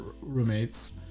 roommates